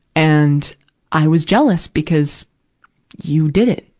and i was jealous, because you did it.